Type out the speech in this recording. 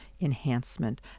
enhancement